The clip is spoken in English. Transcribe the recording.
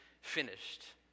finished